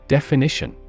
Definition